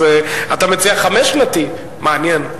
אז אתה מציע חמש-שנתי, מעניין.